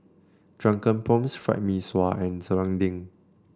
Drunken Prawns Fried Mee Sua and Serunding